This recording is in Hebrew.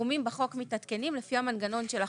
הסכומים בחוק מתעדכנים לפי המנגנון בחוק,